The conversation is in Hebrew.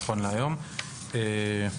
נכון להיום,